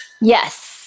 Yes